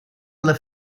alla